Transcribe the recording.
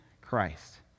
Christ